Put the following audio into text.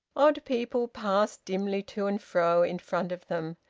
odd people passed dimly to and fro in front of them,